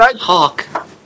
talk